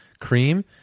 cream